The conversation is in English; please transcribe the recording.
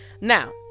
Now